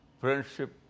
friendship